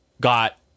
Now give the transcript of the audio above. got